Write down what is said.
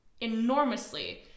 enormously